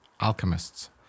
alchemists